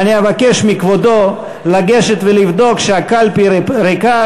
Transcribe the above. אבקש מכבודו לגשת ולבדוק שהקלפי ריקה,